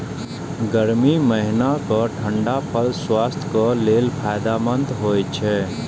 गर्मी महीनाक ठंढा फल स्वास्थ्यक लेल फायदेमंद होइ छै